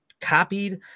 copied